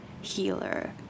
healer